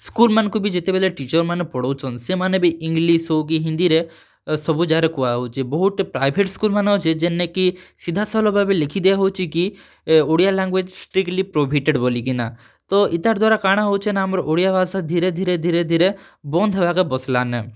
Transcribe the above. school ମାନଙ୍କୁ ବି ଯେତେବେଳେ ଟୀଚର୍ ମାନେ ପଢ଼ଉଛନ୍ ସେମାନେ ବି ଇଂଗ୍ଲୀଶ୍ ହେଉ କି ହିନ୍ଦୀ ରେ ସବୁ ଜାଗାରେ କୁହା ହେଉଛେ ବହୁତ୍ ପ୍ରାଇଭେଟ୍ ସ୍କୁଲ୍ ମାନେ ଅଛେ ଯେନେ କି ସିଧା ସଲଖ୍ ଭାବେ ଲେଖି ଦିଆ ହେଉଛେ କି ଏ ଓଡ଼ିଆ ଲାଙ୍ଗୁୟେଜ୍ ଷ୍ଟ୍ରିକ୍ଟଲି ପ୍ରୋହିଭିଟେଡ୍ ବୋଲି କିନା ତ ଇତାର୍ ଦ୍ୱାରା କା'ଣା ହେଉଛେ ନା ଆମର୍ ଓଡ଼ିଆ ଭାଷା ଧୀରେ ଧୀରେ ଧୀରେ ଧୀରେ ବନ୍ଦ୍ ହେବାକେ ବସ୍ଲାନ